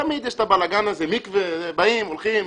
תמיד יש את הבלגן הזה, באים, הולכים.